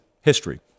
history